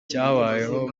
cyabayeho